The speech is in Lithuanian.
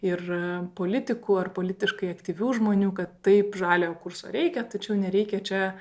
ir politikų ar politiškai aktyvių žmonių kad taip žaliojo kurso reikia tačiau nereikia čia